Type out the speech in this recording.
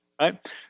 right